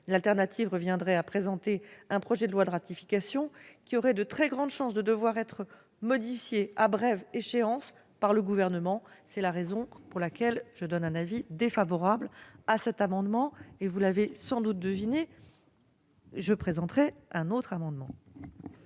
L'alternative reviendrait à présenter un projet de loi de ratification qui aurait de très grandes chances de devoir être modifié à brève échéance par le Gouvernement. C'est la raison pour laquelle je donne un avis défavorable à cet amendement. Vous l'aurez sans doute deviné, mesdames, messieurs